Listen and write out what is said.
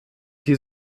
die